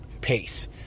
pace